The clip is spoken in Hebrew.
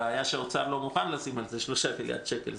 הבעיה היא שמשרד האוצר לא מוכן לשים על זה 3 מיליארד שקל.